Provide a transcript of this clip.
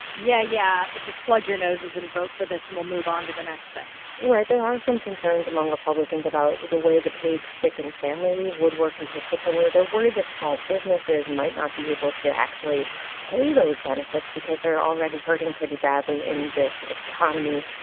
yeah, yeah. just plug your noses and vote for this. and we'll move on to the next thing right. there are some concerns among republicans about the way the paid sick and family leave would work, in particular. they're worried that small businesses might not be able to actually pay those benefits because they're already hurting pretty badly in this economy,